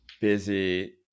busy